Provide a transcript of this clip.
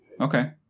Okay